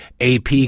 ap